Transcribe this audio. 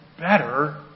better